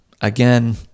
Again